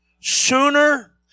sooner